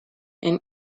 and